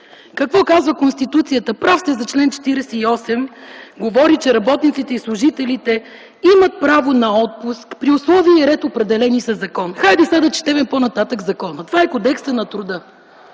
Какво казва Конституцията? Член 48 говори, че работниците и служителите имат право на отпуск при условие и ред, определени със закон. Хайде сега да четем по-нататък закона – това е Кодексът на труда.